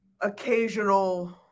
occasional –